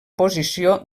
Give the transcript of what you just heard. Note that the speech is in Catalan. posició